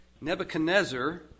Nebuchadnezzar